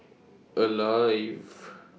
Alive